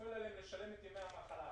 נופל עליהם תשלום ימי המחלה.